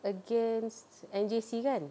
against N_J_C kan